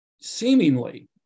seemingly